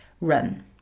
run